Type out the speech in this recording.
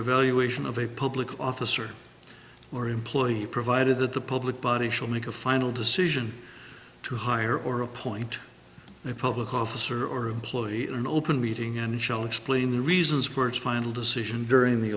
evaluation of a public officer or employee provided that the public body shall make a final decision to hire or appoint a public officer or employee in an open meeting and shall explain the reasons for its final decision during the